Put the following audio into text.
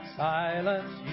silence